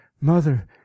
mother